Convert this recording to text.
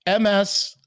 ms